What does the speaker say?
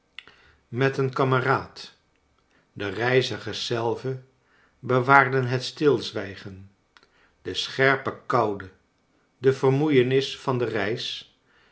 met een kameraad de reizigers zelve bewaarden het stilzwijgen de scherpe koude da vermoeienis van de reis